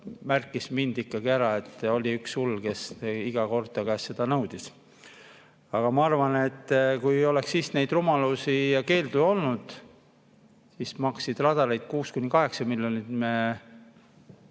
märkis mind ikkagi ära, et oli üks hull, kes iga kord ta käest seda nõudis. Aga ma arvan, et kui ei oleks siis neid rumalusi ja keelde olnud … Siis maksid radarid 6–8 miljonit,